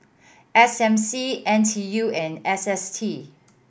S M C N T U and S S T